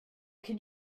could